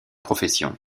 profession